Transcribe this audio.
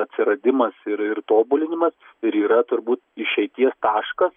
atsiradimas ir ir tobulinimas ir yra turbūt išeities taškas